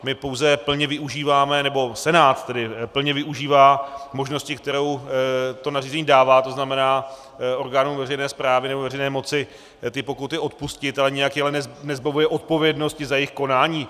My pouze plně využíváme, nebo Senát tedy plně využívá možnosti, kterou to nařízení dává, to znamená, orgánům veřejné správy nebo veřejné moci pokuty odpustit, ale nijak je nezbavuje odpovědnosti za jejich konání.